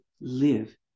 live